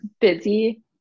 busy